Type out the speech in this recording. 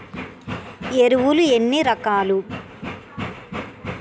ఎరువులు ఎన్ని రకాలు?